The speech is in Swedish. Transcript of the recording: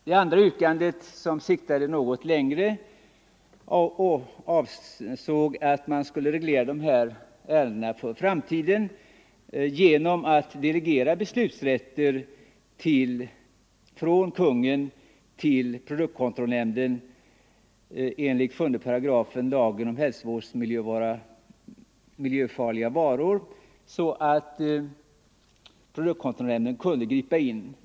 Det andra yrkandet, som siktade något längre, avsåg att reglera dessa ärenden för framtiden genom att delegera beslutsrätten från Konungen till produktkontrollnämnden enligt 7 § lagen om hälsooch miljöfarliga varor. Då skulle produktkontrollnämnden kunna gripa in.